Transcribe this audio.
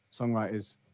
songwriters